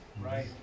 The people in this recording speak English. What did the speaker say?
Right